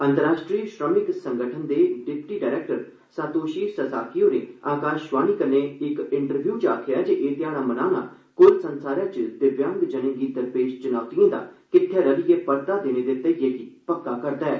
अंतर्राश्ट्री श्रमिक संगठन दे डिप्टी डरैक्टर सातोषी ससाकी होरें आकाशवाणी कन्नै इक इंटरव्यु च आखेआ जे एह ध्याड़ा मनाने दा मकसद कुल संसारै च दिव्यांग जनें गी दरपेश चुनौतिएं दा किट्ठे रलियै परता देने दे ध्येइये गी पक्का करना ऐ